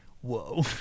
Whoa